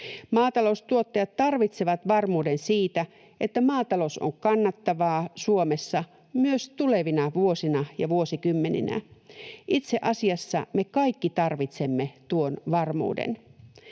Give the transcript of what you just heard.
Maataloustuottajat tarvitsevat varmuuden siitä, että maatalous on kannattavaa Suomessa myös tulevina vuosina ja vuosikymmeninä. Itse asiassa me kaikki tarvitsemme tuon varmuuden.